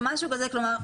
כלומר,